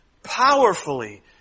powerfully